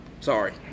sorry